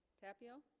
tapio